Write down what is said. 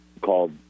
called